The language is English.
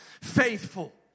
faithful